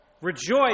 Rejoice